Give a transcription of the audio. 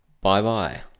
Bye-bye